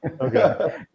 Okay